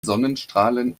sonnenstrahlen